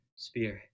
Spirit